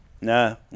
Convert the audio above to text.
No